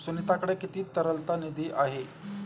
सुनीताकडे किती तरलता निधी आहे?